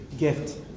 gift